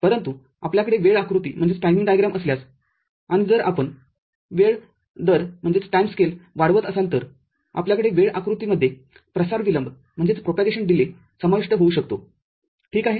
परंतु आपल्याकडे वेळ आकृती असल्यास आणि जर आपण वेळ दर वाढवत असाल तर आपल्याकडे वेळ आकृतीमध्ये प्रसार विलंब समाविष्ट होऊ शकतो ठीक आहे